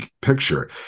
picture